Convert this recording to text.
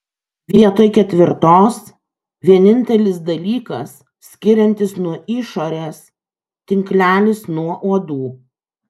vietoj ketvirtos vienintelis dalykas skiriantis nuo išorės tinklelis nuo uodų